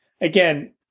again